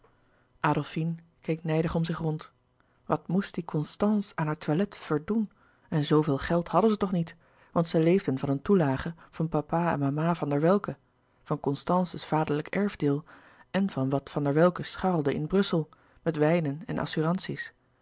om zich rond wat moest die constance aan haar toilet verdoen en zoo veel geld hadden ze toch niet want ze leefden van een toelage van papa en mama van der welcke van constance's vaderlijk erfdeel en van wat van der welcke scharrelde in brussel met wijnen en assurantie's